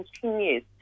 continues